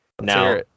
now